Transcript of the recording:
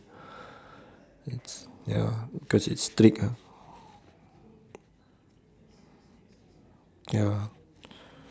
it's ya because it's strict ah ya